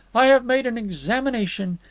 i have made an examination.